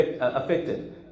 Affected